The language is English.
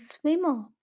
swimmer